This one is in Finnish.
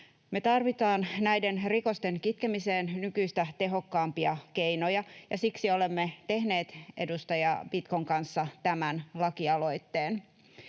tarvitaan näiden rikosten kitkemiseen nykyistä tehokkaampia keinoja, ja siksi olemme tehneet edustaja Pitkon kanssa tämän lakialoitteen.